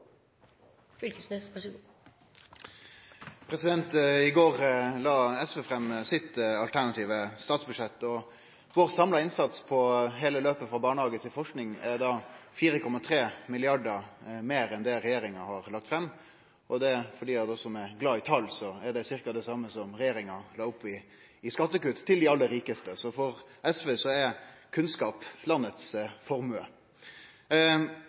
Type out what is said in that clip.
går la SV fram sitt alternative statsbudsjett, og vår samla innsats på heile løpet frå barnehage til forsking er 4,3 mrd. kr meir enn det regjeringa har lagt fram. For dei som er glade i tal, er dette cirka det same som det regjeringa la opp til i skattekutt til dei alle rikaste, så for SV er kunnskap landets formue.